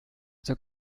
zur